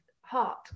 heart